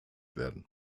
werden